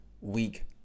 week